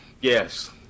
Yes